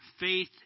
faith